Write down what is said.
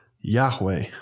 Yahweh